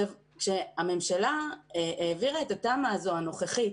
כשהממשלה העבירה את התמ"א הנוכחית,